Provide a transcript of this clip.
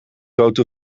grote